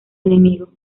enemigo